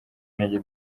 intege